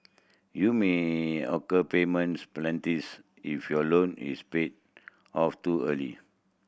you may occur payments if your loan is paid off too early